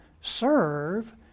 serve